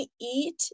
eat